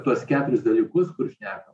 tuos keturis dalykus kur šnekat